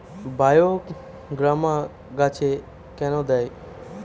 বায়োগ্রামা গাছে কেন দেয়?